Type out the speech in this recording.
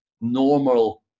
normal